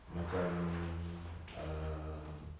macam um